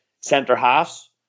centre-halves